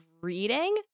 reading